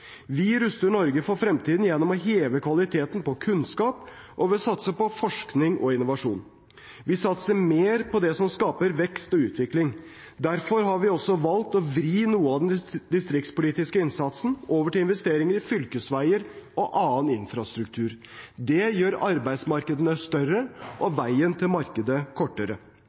Vi ruster Norge for fremtiden gjennom å heve kvaliteten på kunnskap, og ved å satse på forskning og innovasjon. Vi satser mer på det som skaper vekst og utvikling. Derfor har vi også valgt å vri noe av den distriktspolitiske innsatsen over til investeringer i fylkesveier og annen infrastruktur. Det gjør arbeidsmarkedene større og veien til markedet kortere.